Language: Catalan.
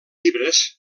llibres